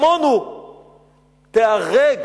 כמונו, תיהרג.